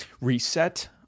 reset